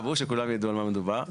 שכולם ידעו על מה מדובר.